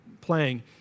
playing